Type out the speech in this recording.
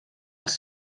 els